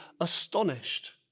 astonished